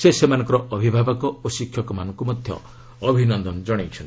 ସେ ସେମାନଙ୍କର ଅଭିଭାବକ ଓ ଶିକ୍ଷକମାନଙ୍କୁ ମଧ୍ୟ ଅଭିନନ୍ଦନ ଜଣାଇଛନ୍ତି